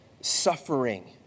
suffering